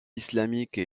islamique